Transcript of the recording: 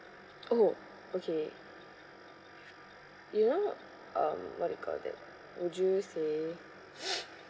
oh okay you know um what do you call that would you say